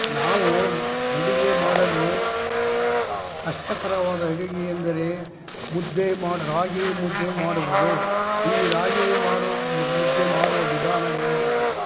ನಾವೂ ಅಡುಗೆ ಮಾಡಲು ಕಷ್ಟಕರವಾದ ಅಡುಗೆ ಎಂದರೆ ಮುದ್ದೆ ಮಾಡಿ ರಾಗಿ ಮುದ್ದೆ ಮಾಡುವುದು ಈ ರಾಗಿ ಮಾಡೋ ಮುದ್ದೆ ಮಾಡುವ ವಿಧಾನವೇನೆಂದರೆ